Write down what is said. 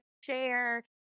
share